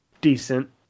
decent